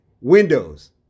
windows